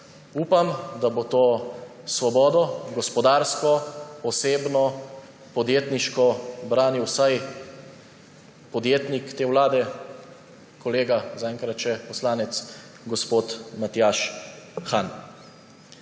Upam, da bo to svobodo, gospodarsko, osebno, podjetniško, branil vsaj podjetnik te vlade kolega, zaenkrat še poslanec gospod Matjaž Han.